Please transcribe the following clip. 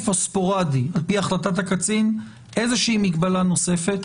או ספורדי על פי החלטת הקצין איזושהי מגבלה נוספת?